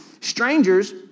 Strangers